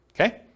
okay